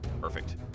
Perfect